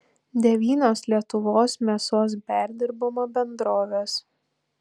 devynios lietuvos mėsos perdirbimo bendrovės